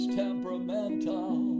temperamental